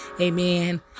Amen